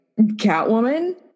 Catwoman